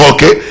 Okay